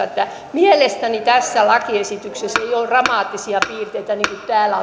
että mielestäni tässä lakiesityksessä ei ole dramaattisia piirteitä niin kuin täällä